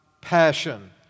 passion